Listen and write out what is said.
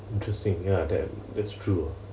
interesting ya that that's true